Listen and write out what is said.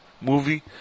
movie